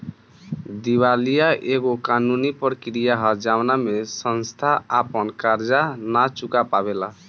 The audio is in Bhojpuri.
दिवालीया एगो कानूनी प्रक्रिया ह जवना में संस्था आपन कर्जा ना चूका पावेला